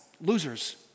losers